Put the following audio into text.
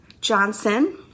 Johnson